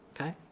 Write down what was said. okay